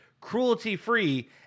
cruelty-free